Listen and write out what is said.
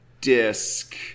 disc